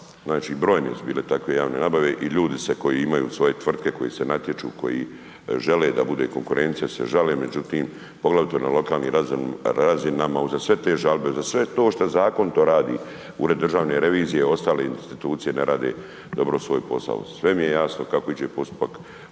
znači brojne su bile takve javne nabave i ljudi se, koji imaju svoje tvrtke koji se natječu, koji žele da bude konkurencija se žale, međutim, poglavito na lokalnim razinama, uza sve te žalbe, za sve to što zakon to radi, Ured državne revizije i ostale institucije ne rade dobro svoj posao. Sve mi je jasno kako teče postupak